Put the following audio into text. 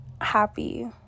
happy